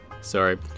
Sorry